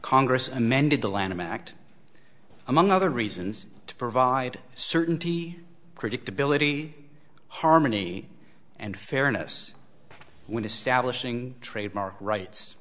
congress amended the lanham act among other reasons to provide certainty predictability harmony and fairness when establishing trademark rights